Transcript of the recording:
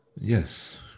Yes